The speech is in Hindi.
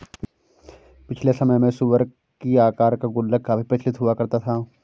पिछले समय में सूअर की आकार का गुल्लक काफी प्रचलित हुआ करता था